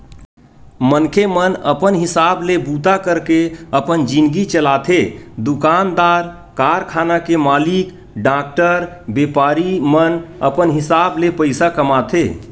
मनखे मन अपन हिसाब ले बूता करके अपन जिनगी चलाथे दुकानदार, कारखाना के मालिक, डॉक्टर, बेपारी मन अपन हिसाब ले पइसा कमाथे